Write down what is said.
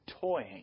toying